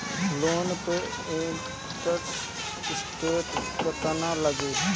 Loan पे interest केतना लागी?